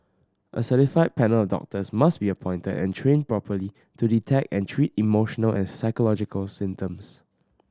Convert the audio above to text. a certified panel of doctors must be appointed and trained properly to detect and treat emotional and psychological symptoms